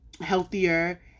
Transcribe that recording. healthier